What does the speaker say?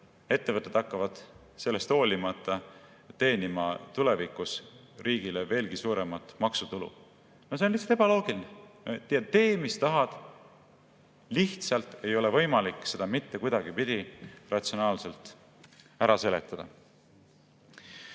ettevõtted hakkavad sellest hoolimata teenima tulevikus riigile veelgi suuremat maksutulu. See on lihtsalt ebaloogiline. Tee, mis tahad, seda lihtsalt ei ole võimalik mitte kuidagipidi ratsionaalselt ära seletada.